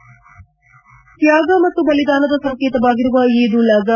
head ತ್ಯಾಗ ಮತ್ತು ಬಲಿದಾನದ ಸಂಕೇತವಾಗಿರುವ ಈದ್ ಉಲ್ ಅಜ್